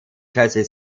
jesse